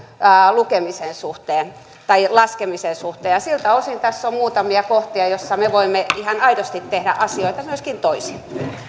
lukemisen tai laskemisen suhteen siltä osin tässä on muutamia kohtia joissa me voimme ihan aidosti tehdä asioita myöskin toisin